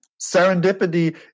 serendipity